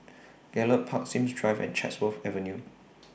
Gallop Park Sims Drive and Chatsworth Avenue